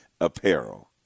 apparel